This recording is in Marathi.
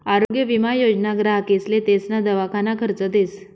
आरोग्य विमा योजना ग्राहकेसले तेसना दवाखाना खर्च देस